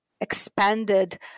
expanded